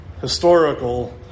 historical